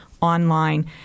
online